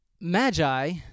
Magi